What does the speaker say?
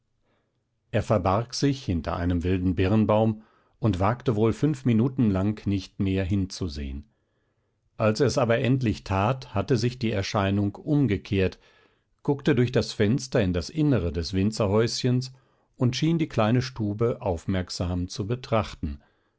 er verbarg sich hinter einem wilden birnbaum und wagte wohl fünf minuten lang nicht mehr hinzusehen als er es aber endlich tat hatte sich die erscheinung umgekehrt guckte durch das fenster in das innere des winzerhäuschens und schien die kleine stube aufmerksam zu betrachten